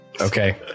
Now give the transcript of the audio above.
okay